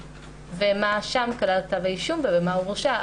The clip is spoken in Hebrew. ומה כלל כתב האישום ובמה הוא הורשע,